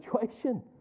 situation